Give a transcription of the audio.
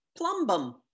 Plumbum